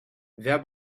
wer